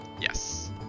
Yes